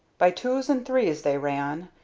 by twos and threes they ran,